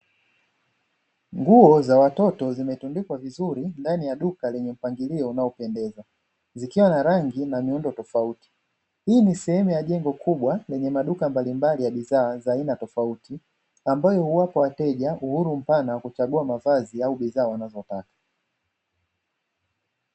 Nguo za watoto zimetundikwa vizuri ndani ya duka lenye mpangilio unaopendeza zikiwa na rangi na miundo tofauti. Hii ni sehemu ya jengo kubwa lenye maduka mbalimbali ya bidhaa za aina tofauti, ambayo huwapa wateja uhuru mpana wa kuchagua mavazi au bidhaa wanazotaka.